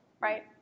right